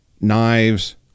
knives